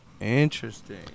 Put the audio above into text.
Interesting